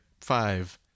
five